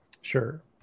Sure